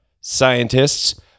scientists